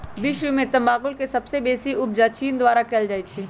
विश्व में तमाकुल के सबसे बेसी उपजा चीन द्वारा कयल जाइ छै